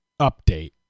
update